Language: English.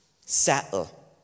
settle